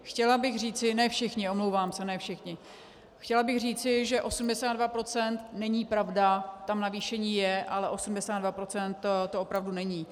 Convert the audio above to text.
Chtěla bych říci ne všichni, omlouvám se chtěla bych říci, že 82 % není pravda, tam navýšení je, ale 82 % to opravdu není.